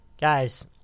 guys